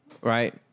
Right